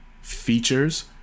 features